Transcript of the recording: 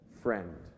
friend